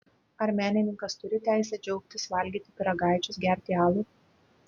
ar menininkas turi teisę džiaugtis valgyti pyragaičius gerti alų